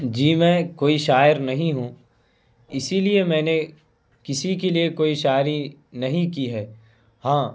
جی میں کوئی شاعر نہیں ہوں اسی لیے میں نے کسی کے لیے کوئی شاعری نہیں کی ہے ہاں